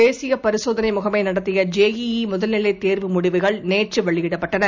தேசியபரிசோதனைமுகமைநடத்திய J ஈஈமுதல்நிலைத் தேர்வு முடிவுகள் நேற்றுவெளியிடப்பட்டன